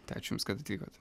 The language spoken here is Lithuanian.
tau ačiū jums kad atvykot